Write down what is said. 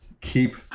keep